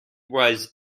was